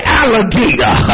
alligator